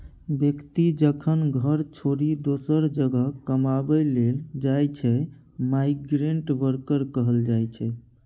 बेकती जखन घर छोरि दोसर जगह कमाबै लेल जाइ छै माइग्रेंट बर्कर कहल जाइ छै